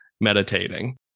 meditating